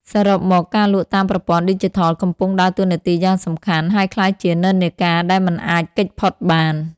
សរុបមក ការលក់តាមប្រព័ន្ធឌីជីថលកំពុងដើរតួនាទីយ៉ាងសំខាន់ ហើយក្លាយជានិន្នាការដែលមិនអាចគេចផុតបាន។